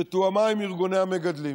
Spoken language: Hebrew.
שתואמה עם ארגוני המגדלים,